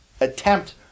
attempt